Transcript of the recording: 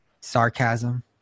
sarcasm